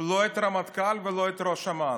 לא את הרמטכ"ל ולא את ראש אמ"ן.